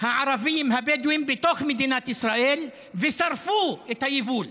הערביים הבדואיים בתוך מדינת ישראל ושרפו את היבול.